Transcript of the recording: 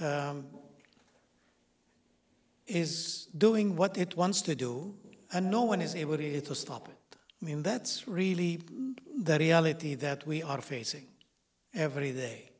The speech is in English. is doing what it wants to do and no one is able to stop it i mean that's really the reality that we are facing every day